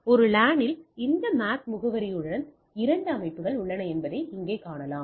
ஒரு லானில் இந்த MAC முகவரிகளுடன் இரண்டு அமைப்புகள் உள்ளன என்பதை இங்கே காணலாம்